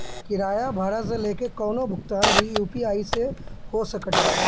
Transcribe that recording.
किराया भाड़ा से लेके कवनो भुगतान भी यू.पी.आई से हो सकत बाटे